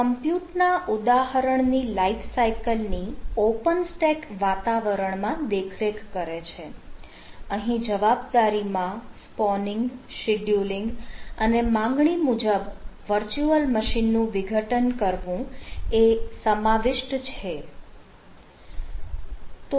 તે કમ્પ્યુટ ના ઉદાહરણ ની લાઈફ સાઈકલ નું વિઘટન કરવું સમાવિષ્ટ છે